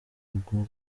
rugo